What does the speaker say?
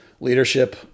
leadership